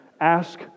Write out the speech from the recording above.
Ask